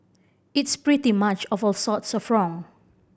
it's pretty much of all sorts of wrong